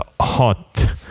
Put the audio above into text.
Hot